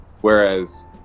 whereas